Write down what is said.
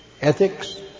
ethics